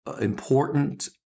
important